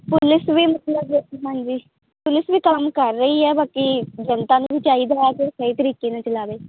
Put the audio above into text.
police ਵੀ ਮਤਲਬ ਹਾਂਜੀ ਪੁਲਿਸ ਵੀ ਕੰਮ ਕਰ ਰਹੀ ਹੈ ਬਾਕੀ ਜਨਤਾ ਨੂੰ ਵੀ ਚਾਹੀਦਾ ਹੈ ਕਿ ਸਹੀ ਤਰੀਕੇ ਨਾਲ ਚਲਾਵੇ